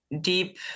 deep